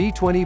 B20